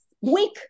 week